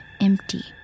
empty